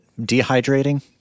dehydrating